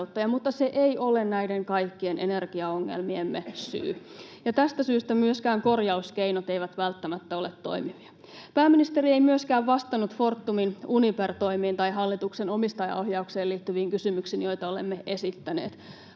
mutta se ei ole näiden kaikkien energiaongelmiemme syy, ja tästä syystä myöskään korjauskeinot eivät välttämättä ole toimivia. Pääministeri ei myöskään vastannut Fortumin Uniper-toimiin tai hallituksen omistajaohjaukseen liittyviin kysymyksiin, joita olemme esittäneet.